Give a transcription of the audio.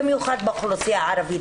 במיוחד באוכלוסייה הערבית.